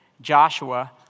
Joshua